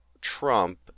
Trump